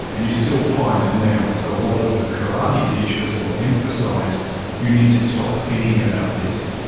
and you still find it now, so a lot of the karate teachers will emphasise you need to stop thinking about this,